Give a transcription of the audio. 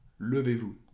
Levez-vous